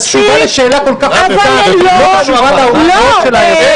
התשובה לשאלה כל כך פשוטה לא קשורה לעובדות --- מספיק,